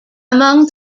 among